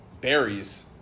berries